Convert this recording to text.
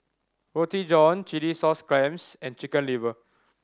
Roti John chilli sauce clams and Chicken Liver